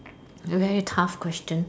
very tough question